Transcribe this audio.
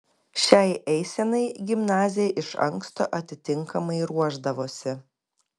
šiai eisenai gimnazija iš anksto atitinkamai ruošdavosi